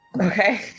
Okay